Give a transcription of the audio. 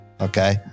okay